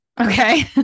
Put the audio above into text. okay